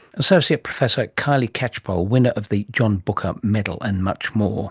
associate professor kylie catchpole, winner of the john booker medal, and much more